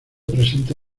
presenta